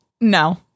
no